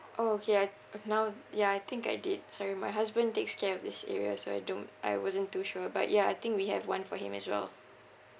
orh okay uh okay now ya I think I did sorry my husband takes care of these areas so I don't I wasn't too sure but ya I think we have one for him as well